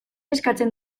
eskatzen